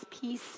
peace